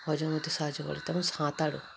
হজম হতে সাহায্য করে তেমন সাঁতারও